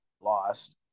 lost